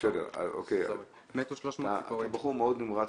הוא משדר מאוד חזק,